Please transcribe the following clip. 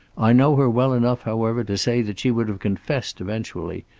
i know her well enough, however, to say that she would have confessed, eventually,